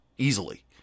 Easily